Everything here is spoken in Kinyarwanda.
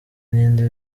n’indi